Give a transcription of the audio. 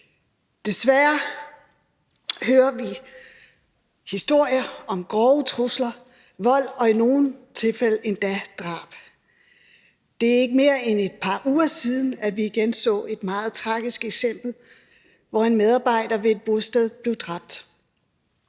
Desværre hører vi historier om grove trusler, vold, og i nogle tilfælde endda drab. Det er ikke mere end et par uger siden, vi igen så et meget tragisk eksempel, hvor en medarbejder ved et bosted blev dræbt.